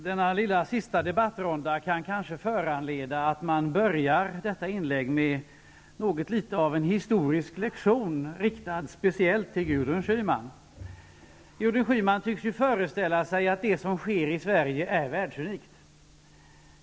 Herr talman! Den sista debattrundan föranleder mig att börja detta inlägg med en historielektion riktad speciellt till Gudrun Schyman. Gudrun Schyman tycks föreställa sig att det som sker i Sverige är världsunikt.